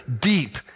deep